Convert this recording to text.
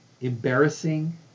embarrassing